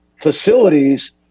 facilities